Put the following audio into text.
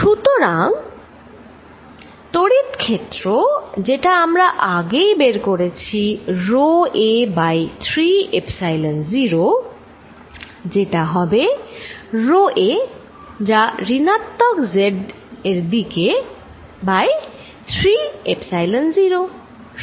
সুতরাং তড়িৎক্ষেত্র যেটা আমরা আগেই বার করেছি rho a বাই 3 এপসাইলন 0 যেটা হবে rho a যা ঋণাত্মকz এর দিকে বাই 3 এপসাইলন 0